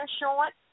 insurance